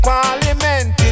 Parliament